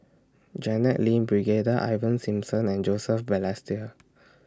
Janet Lim Brigadier Ivan Simson and Joseph Balestier